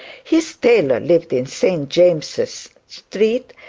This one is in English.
his tailor lived in st james's street,